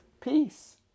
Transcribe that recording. Peace